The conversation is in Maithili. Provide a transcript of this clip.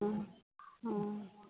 हँ हँ